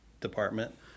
department